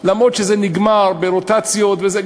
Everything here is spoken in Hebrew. למרות שזה נגמר ברוטציות וזה,